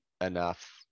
enough